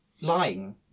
lying